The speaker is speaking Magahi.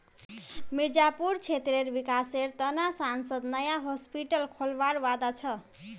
मिर्जापुर क्षेत्रेर विकासेर त न सांसद नया हॉस्पिटल खोलवार वादा छ